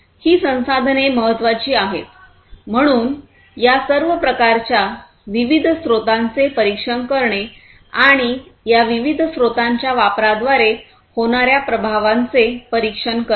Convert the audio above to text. ही संसाधने महत्त्वाची आहेत म्हणून सर्व प्रकारच्या विविध स्त्रोतांचे परीक्षण करणे आणि या विविध स्त्रोतांच्या वापराद्वारे होणार्या प्रभावांचे परीक्षण करणे